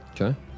Okay